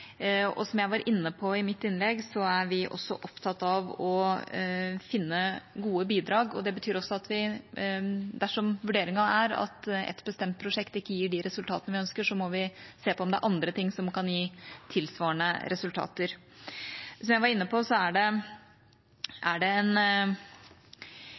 Som jeg var inne på i mitt innlegg, er vi også opptatt av å finne gode bidrag. Det betyr også at dersom vurderingen er at et bestemt prosjekt ikke gir de resultatene vi ønsker, må vi se på om det er andre ting som kan gi tilsvarende resultater. Som jeg var inne på, er det